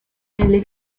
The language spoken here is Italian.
nelle